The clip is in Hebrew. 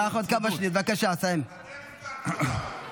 אתם הפקרתם אותם.